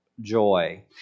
joy